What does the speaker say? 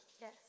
Yes